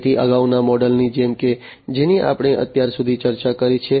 તેથી અગાઉના મોડેલોની જેમ કે જેની આપણે અત્યાર સુધી ચર્ચા કરી છે